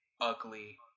ugly